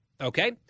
Okay